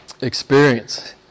Experience